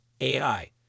AI